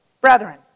Brethren